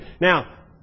Now